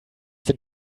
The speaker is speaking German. denn